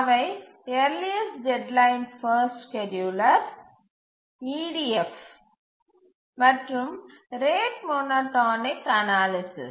அவை earliest deadline first scheduler EDF மற்றும் rate monotonic analysis